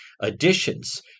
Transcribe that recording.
additions